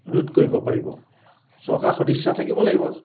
ৰোধ কৰিব পাৰিব চৰকাৰৰ সদিচ্ছা থাকিব লাগিব